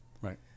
right